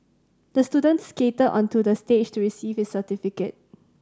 the student skated onto the stage to receive his certificate